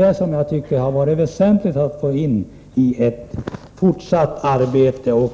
Det hade varit av stor betydelse om detta kommit med i regeringens fortsatta arbete